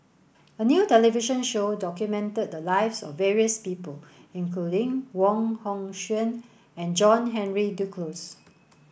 a new television show documented the lives of various people including Wong Hong Suen and John Henry Duclos